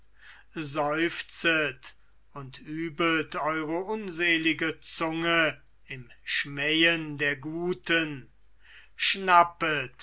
seufzet und übet eure unselige zunge im schmähen der guten schnappet